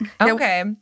Okay